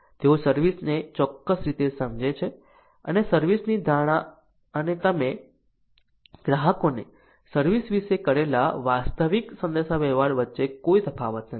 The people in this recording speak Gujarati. તેઓ સર્વિસ ને ચોક્કસ રીતે સમજે છે અને સર્વિસ ની આ ધારણા અને તમે ગ્રાહકોને સર્વિસ વિશે કરેલા વાસ્તવિક સંદેશાવ્યવહાર વચ્ચે કોઈ તફાવત નથી